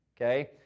Okay